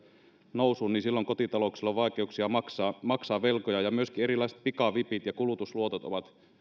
nousuun niin silloin kotitalouksilla olisi vaikeuksia maksaa maksaa velkoja ja myöskin erilaiset pikavipit ja kulutusluotot ovat